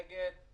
נגד.